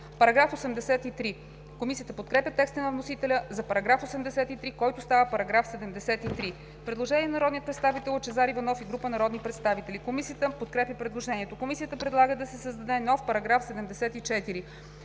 този закон.“ Комисията подкрепя текста на вносителя за § 83, който става § 73. Предложение на народния представител Лъчезар Иванов и група народни представители. Комисията подкрепя предложението. Комисията предлага да се създаде нов § 74: „§ 74.